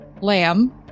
Lamb